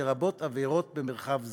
לרבות עבירות במרחב זה.